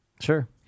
Sure